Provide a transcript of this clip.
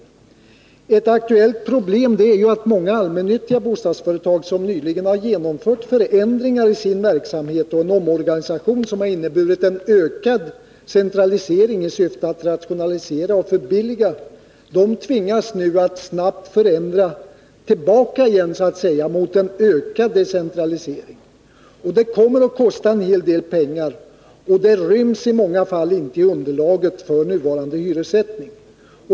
Ett aktuellt problem är att många allmännyttiga bostadsföretag, som nyligen i syfte att rationalisera och förbilliga har genomfört en omorganisation som inneburit en ökad centralisering, nu tvingas att snabbt ändra sin verksamhet tillbaka till den gamla ordningen, dvs. till en ökad decentralisering. Det kommer att kosta en hel del pengar, och det ryms i många fall inte i underlaget för nuvarande hyressättning.